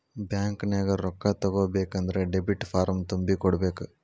ಬ್ಯಾಂಕ್ನ್ಯಾಗ ರೊಕ್ಕಾ ತಕ್ಕೊಬೇಕನ್ದ್ರ ಡೆಬಿಟ್ ಫಾರ್ಮ್ ತುಂಬಿ ಕೊಡ್ಬೆಕ್